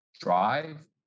drive